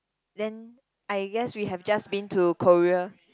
then I guess we have just been to Korea